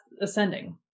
ascending